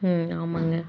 ம் ஆமாங்க